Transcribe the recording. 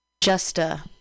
Justa